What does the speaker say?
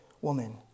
woman